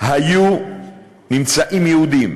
היו נמצאים יהודים